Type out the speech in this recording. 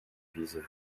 vieze